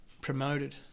promoted